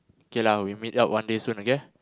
okay lah we meet up one day soon okay